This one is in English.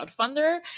crowdfunder